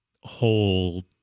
whole